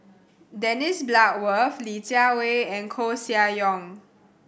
Dennis Bloodworth Li Jiawei and Koeh Sia Yong